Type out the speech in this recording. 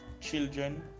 Children